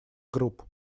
групп